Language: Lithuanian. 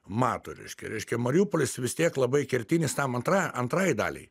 mato reiškia reiškia mariupolis vis tiek labai kertinis tam antra antrajai daliai